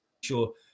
sure